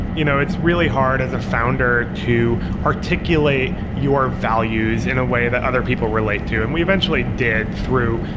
you know it's really hard as a founder to articulate your values in a way that other people relate to. and we eventually did through,